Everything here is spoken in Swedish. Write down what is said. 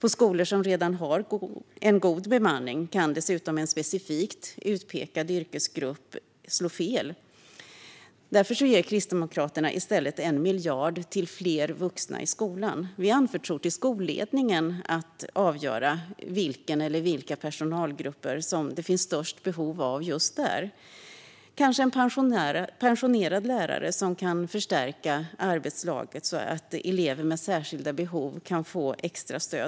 Dessutom kan det slå fel med en specifikt utpekad yrkesgrupp på skolor som redan har god bemanning. Därför ger Kristdemokraterna i stället 1 miljard till fler vuxna i skolan. Vi anförtror åt skolledningen att avgöra vilken eller vilka personalgrupper som det finns störst behov av just där. Kanske kan en pensionerad lärare förstärka arbetslaget så att elever med särskilda behov kan få extra stöd.